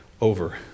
over